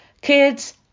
kids